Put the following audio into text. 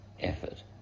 effort